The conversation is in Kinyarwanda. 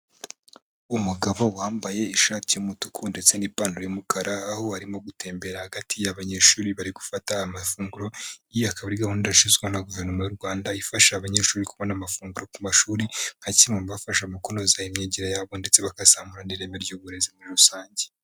Umugabo wambaye ishati y'umutuku ndetse n'ipantaro y'umukara, aho arimo gutembera hagati y'abanyeshuri bari gufata amafunguro, iyi akaba ari gahunda yashizweho na Guverinoma y'u Rwanda ifasha abanyeshuri kubona amafunguro ku mashuri, nka kimwe mu bibafasha mu kunoza imyigire yabo ndetse bagazamura n'ireme ry'uburezi muri rusange.